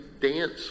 dance